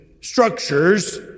structures